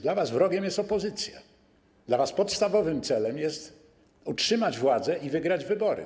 Dla was wrogiem jest opozycja, dla was podstawowym celem jest utrzymanie władzy i wygranie wyborów.